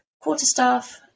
quarterstaff